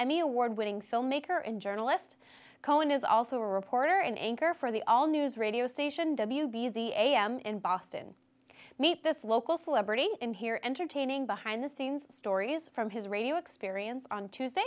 emmy award winning filmmaker and journalist cohen is also a reporter and anchor for the all news radio station w b z am in boston meet this local celebrity in here entertaining behind the scenes stories from his radio experience on tuesday